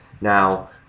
Now